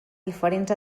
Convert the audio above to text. diferents